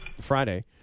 Friday